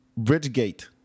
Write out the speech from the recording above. Bridgegate